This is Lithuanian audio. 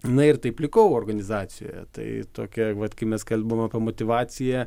na ir taip likau organizacijoje tai tokia vat kai mes kalbam apie motyvaciją